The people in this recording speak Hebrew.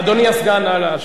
אדוני הסגן, נא להשיב.